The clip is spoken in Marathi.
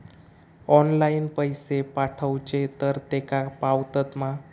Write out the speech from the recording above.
ऑनलाइन पैसे पाठवचे तर तेका पावतत मा?